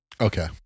Okay